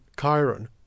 Chiron